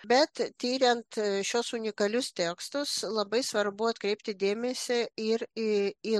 bet tiriant šiuos unikalius tekstus labai svarbu atkreipti dėmesį ir į